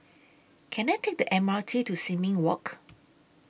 Can I Take The M R T to Sin Ming Walk